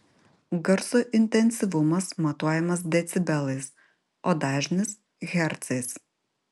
garso intensyvumas matuojamas decibelais o dažnis hercais